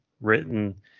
written